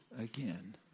again